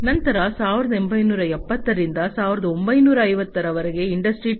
ನಂತರ 1870 ರಿಂದ 1950 ರವರೆಗೆ ಇಂಡಸ್ಟ್ರಿ 2